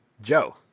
Joe